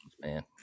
man